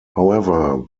however